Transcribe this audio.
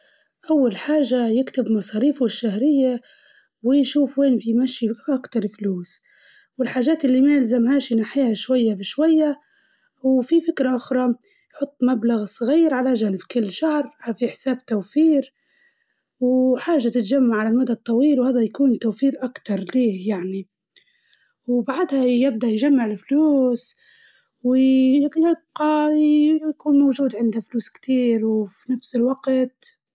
أول حاجة يكتب فلوسه الشهرية وين جاعدة تمشي أكتر شيء، والحاجة اللي مش مهمة ينحيها شوية شوية، ويحط مبلغ صغير على جنب كل شهر في حساب التوفير متاعه عشان تتجمع حق علي مدى طويل.